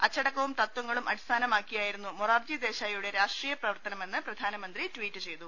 അച്ചടക്കവും തത്ത്വങ്ങളും അടിസ്ഥാനമാക്കി യായിരുന്നു മൊറാർജി ദേശായിയുടെ രാഷ്ട്രീയ പ്രവർത്തനമെന്ന് പ്രധാനമന്ത്രി ട്വീറ്റ് ചെയ്തു